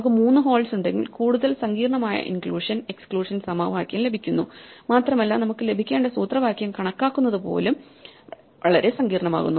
നമുക്ക് 3 ഹോൾസ് ഉണ്ടെങ്കിൽ കൂടുതൽ സങ്കീർണ്ണമായ ഇൻക്ലൂഷൻ എക്സ്ക്ലൂഷൻ സമവാക്യം ലഭിക്കുന്നു മാത്രമല്ല നമുക്ക് ലഭിക്കേണ്ട സൂത്രവാക്യം കണക്കാക്കുന്നത് പോലും വളരെ സങ്കീർണ്ണമാവുന്നു